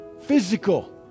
physical